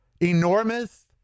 enormous